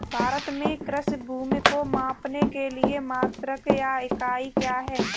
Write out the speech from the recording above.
भारत में कृषि भूमि को मापने के लिए मात्रक या इकाई क्या है?